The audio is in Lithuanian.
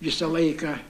visą laiką